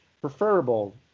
preferable